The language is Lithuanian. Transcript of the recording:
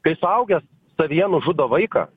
tai suaugęs savyje nužudo vaiką